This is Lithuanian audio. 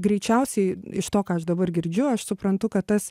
greičiausiai iš to ką aš dabar girdžiu aš suprantu kad tas